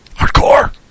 Hardcore